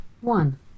One